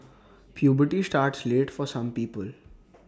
puberty starts late for some people